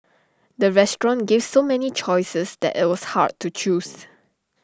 the restaurant gave so many choices that IT was hard to choose